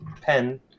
pen